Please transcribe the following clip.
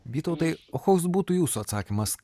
vytautai o koks būtų jūsų atsakymas